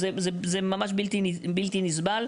זה ממש בלתי נסבל.